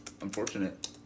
Unfortunate